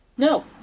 No